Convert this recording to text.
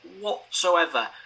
whatsoever